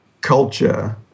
culture